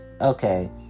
okay